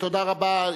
תודה רבה.